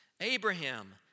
Abraham